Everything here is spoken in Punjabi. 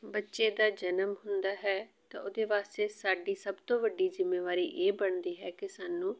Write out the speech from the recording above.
ਬੱਚੇ ਦਾ ਜਨਮ ਹੁੰਦਾ ਹੈ ਤਾਂ ਉਹਦੇ ਵਾਸਤੇ ਸਾਡੀ ਸਭ ਤੋਂ ਵੱਡੀ ਜ਼ਿੰਮੇਵਾਰੀ ਇਹ ਬਣਦੀ ਹੈ ਕਿ ਸਾਨੂੰ